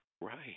Right